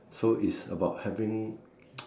so it's about having